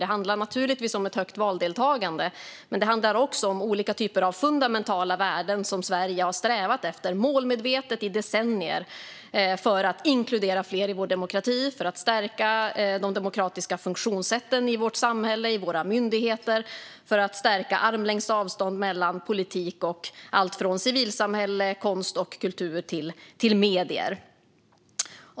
Det handlar naturligtvis om ett högt valdeltagande, men det handlar också om olika typer av fundamentala värden som Sverige målmedvetet har strävat efter i decennier - att inkludera fler i vår demokrati, att stärka de demokratiska funktionssätten i vårt samhälle och i våra myndigheter och att stärka armlängds avstånd mellan politik och alltifrån civilsamhälle, konst och kultur till medier.